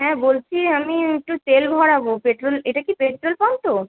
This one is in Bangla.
হ্যাঁ বলছি আমি একটু তেল ভরাবো পেট্রল এটা কি পেট্রল পাম্প তো